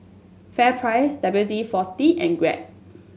FairPrice W D forty and Grab